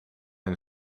een